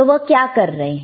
तो वह क्या कर रहे हैं